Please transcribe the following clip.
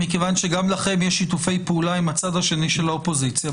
מכיוון שגם לכם יש שיתופי פעולה עם הצד השני שלה האופוזיציה,